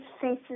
faces